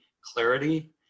clarity